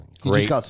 Great